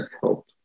help